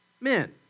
men